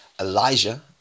Elijah